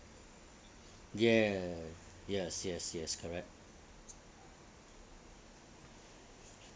ye yes yes yes correct